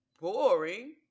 boring